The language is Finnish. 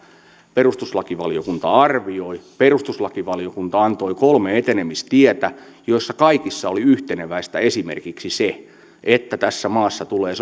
perustuslakivaliokunta arvioi perustuslakivaliokunta antoi kolme etenemistietä joissa kaikissa oli yhteneväistä esimerkiksi se että tässä maassa tulee